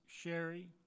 Sherry